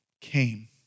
came